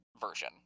version